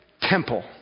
temple